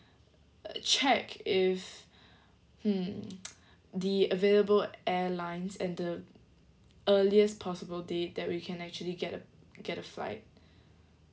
check if mm the available airlines and the earliest possible date that we can actually get a get a flight